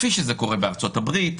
כפי שזה קורה בארצות הברית,